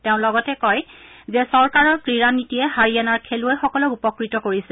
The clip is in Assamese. তেওঁ লগতে কয় যে চৰকাৰৰ ক্ৰীড়া নীতিয়ে হাৰিয়ানাৰ খেলুৱৈসকলক উপকৃত কৰিছে